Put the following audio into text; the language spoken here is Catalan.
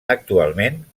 actualment